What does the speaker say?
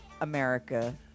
America